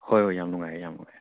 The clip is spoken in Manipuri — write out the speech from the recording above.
ꯍꯣꯏ ꯍꯣꯏ ꯌꯥꯝ ꯅꯨꯡꯉꯥꯏꯔꯦ ꯌꯥꯝ ꯅꯨꯡꯉꯥꯏꯔꯦ